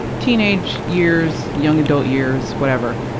teenage years, young-adult years, whatever.